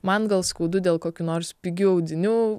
man gal skaudu dėl kokių nors pigių audinių